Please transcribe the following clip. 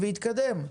כן.